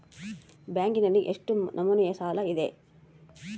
ಬ್ಯಾಂಕಿನಲ್ಲಿ ಎಷ್ಟು ನಮೂನೆ ಸಾಲ ಇದೆ?